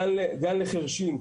גן לחירשים.